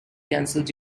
cancelled